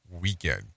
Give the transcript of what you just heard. weekend